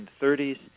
1930s